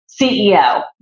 CEO